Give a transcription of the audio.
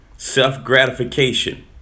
self-gratification